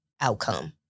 outcome